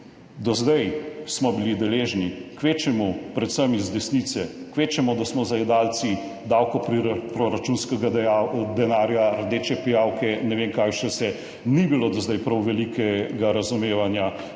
do zdaj smo bili deležni kvečjemu predvsem iz desnice, kvečjemu, da smo zajedavci davkov, proračunskega denarja, rdeče pijavke, ne vem kaj še vse, ni bilo do zdaj prav velikega razumevanja